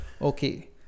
Okay